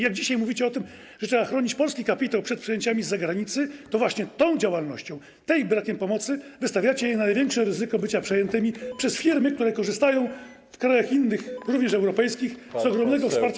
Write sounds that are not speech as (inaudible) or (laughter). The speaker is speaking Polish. Jak dzisiaj mówicie o tym, że trzeba chronić polski kapitał przed przejęciami z zagranicy, to właśnie tą działalnością, tym brakiem pomocy wystawiacie je na największe ryzyko bycia przejętymi (noise) przez firmy, które korzystają w innych krajach, również europejskich, z ogromnego wsparcia.